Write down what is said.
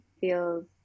feels